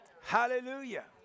Hallelujah